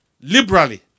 liberally